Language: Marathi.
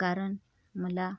कारण मला